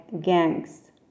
gangs